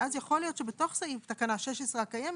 ואז יכול להיות שבתך סעיף תקנה 16 הקיימת,